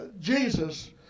Jesus